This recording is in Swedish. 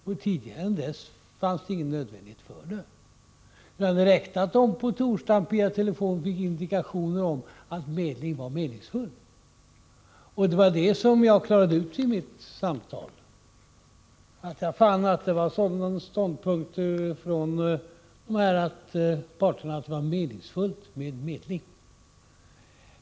Och dessförinnan var det inte nödvändigt att de hade uppgiften, utan det räckte att de på torsdagen via telefon fick indikationer om att medling var meningsfull. Det var den saken jag klarade ut vid samtalet — att jag fann att det förelåg sådana ståndpunkter hos parterna, att det var meningsfullt med medling.